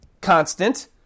constant